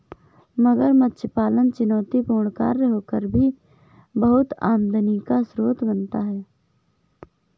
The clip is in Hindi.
मगरमच्छ पालन चुनौतीपूर्ण कार्य होकर भी बहुत आमदनी का स्रोत बनता है